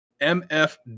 MF